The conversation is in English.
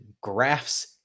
graphs